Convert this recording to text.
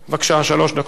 בבקשה, אדוני,